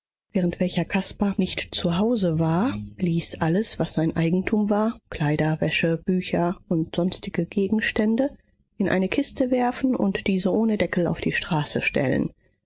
während welcher caspar nicht zu hause war ließ alles was sein eigentum war kleider wäsche bücher und sonstige gegenstände in eine kiste werfen und diese ohne deckel auf die straße stellen